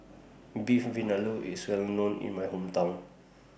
Beef Vindaloo IS Well known in My Hometown